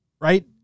right